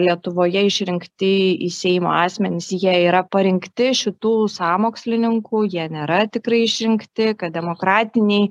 lietuvoje išrinkti į seimą asmenys jie yra parinkti šitų sąmokslininkų jie nėra tikrai išrinkti kad demokratiniai